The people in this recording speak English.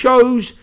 shows